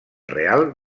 real